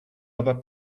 other